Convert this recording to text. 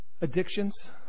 Addictions